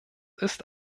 ist